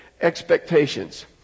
expectations